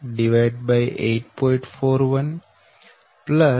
4848